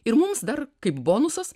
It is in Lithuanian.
ir mums dar kaip bonusas